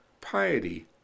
Piety